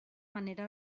manera